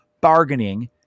Bargaining